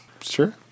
Sure